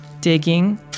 Digging